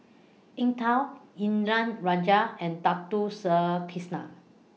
Eng Tow Indranee Rajah and Dato Sri Krishna